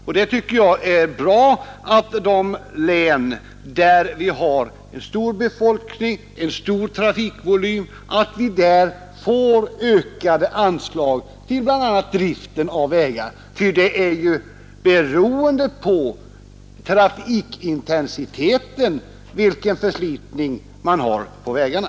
Jag tycker det är bra att vi i de län där vi har en stor befolkning och en stor trafikvolym får ökade anslag till bl.a. driften av vägarna, eftersom det är beroende på trafikintensiteten vilken förslitning man har på vägarna.